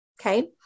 Okay